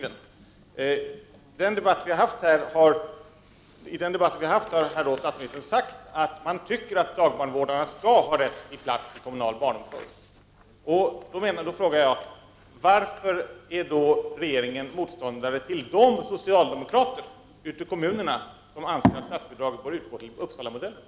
Under den debatt som vi här har fört har statsministern uttryckt sin åsikt om att dagbarnvårdarnas barn bör ha rätt till kommunal barnomsorg. Jag undrar då varför regeringen är motståndare till de socialdemokrater ute i kommunerna som anser att statsbidrag bör utgå till Uppsalamodellen.